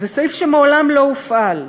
זה סעיף שמעולם לא הופעל,